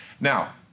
Now